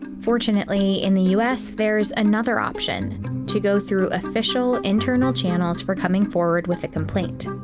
fortunately, in the us there's another option to go through official, internal channels for coming forward with a complaint.